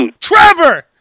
Trevor